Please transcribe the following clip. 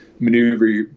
maneuver